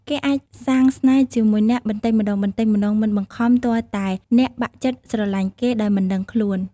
គេអាច សាងស្នេហ៍ជាមួយអ្នកបន្តិចម្តងៗ មិនបង្ខំទាល់តែអ្នកបាក់ចិត្តស្រលាញ់គេ ដោយមិនដឹងខ្លួន។